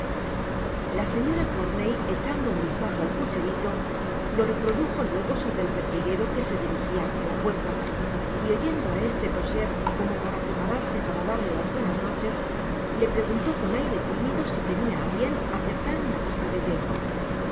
la señora corney echando un vistaso al pucherito lo reprodujo luego sobre el pertiguero que se dirijia hacia la puerta y oyendo á este toser como para prepararse para darle las buenas noches le preguntó con aire timido si tenia á bien aceptar una tazadethé mr